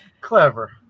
Clever